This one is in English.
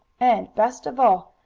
and, best of all,